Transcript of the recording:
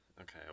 Okay